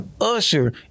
Usher